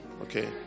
Okay